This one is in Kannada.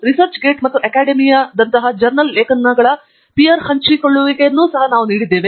ರಿಸರ್ಚ್ ಗೇಟ್ ಮತ್ತು ಅಕಾಡೆಮಿಯದಂತಹ ಜರ್ನಲ್ ಲೇಖನಗಳ ಪೀರ್ ಹಂಚಿಕೊಳ್ಳುವಿಕೆಯನ್ನೂ ಸಹ ನಾವು ನೀಡಿದ್ದೇವೆ